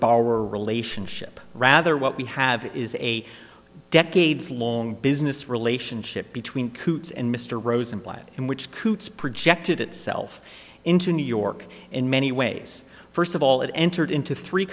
our relationship rather what we have is a decades long business relationship between coots and mr rosenblatt in which coots projected itself into new york in many ways first of all it entered into three